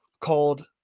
called